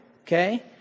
Okay